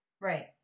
right